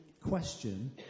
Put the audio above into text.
question